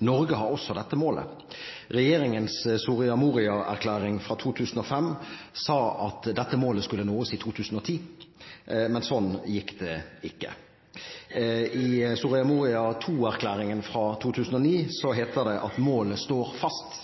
Norge har også dette målet. Regjeringens Soria Moria-erklæring fra 2005 sa at dette målet skulle nås i 2010, men slik gikk det ikke. I Soria Moria II-erklæringen fra 2009 heter det at målet står fast,